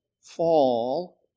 fall